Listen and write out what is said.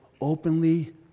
openly